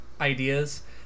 ideas